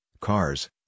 cars